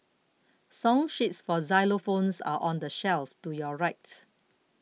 song sheets for xylophones are on the shelf to your right